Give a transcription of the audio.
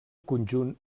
conjunt